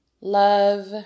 love